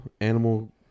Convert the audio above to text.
animal